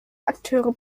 akteure